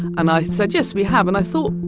and i said, yes, we have. and i thought,